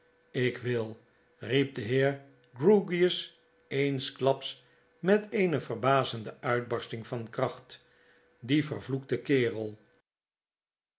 lk wil riep de heer grewgious eensklaps met eene verbazende uitbarsting van kracht die vervloekte kerel